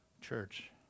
Church